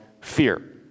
fear